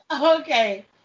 Okay